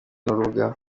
n’urubuga